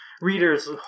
readers